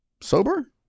Sober